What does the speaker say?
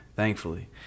Thankfully